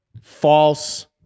false